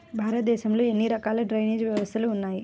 భారతదేశంలో ఎన్ని రకాల డ్రైనేజ్ వ్యవస్థలు ఉన్నాయి?